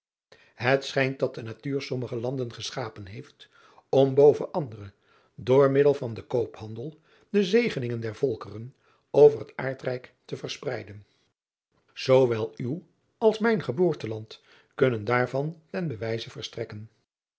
aurits ijnslager dat de natuur sommige landen geschapen heeft om boven andere door middel van den koophandel de zegeningen der volkeren over het aardrijk te verspreiden owel uw als mijn geboorteland kunnen daarvan ten bewijze verstrekken